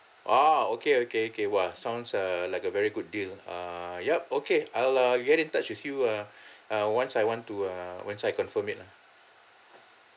ah okay okay okay !wah! sounds err like a very good deal err yup okay I'll uh get in touch with you uh uh once I want to err once I confirm it lah